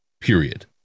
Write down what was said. period